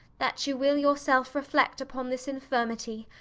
that you will yourself reflect upon this infirmity,